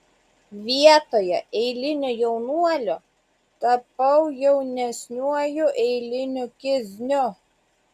vietoje eilinio jaunuolio tapau jaunesniuoju eiliniu kizniu